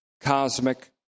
cosmic